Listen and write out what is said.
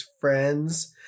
friends